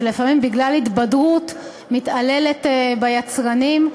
שלפעמים בגלל התבדרות מתעללת ביצרנים,